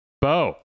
Bo